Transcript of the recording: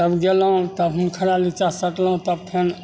तब गेलहुँ तब हुनकारा नीचा सटलहुँ तब फेन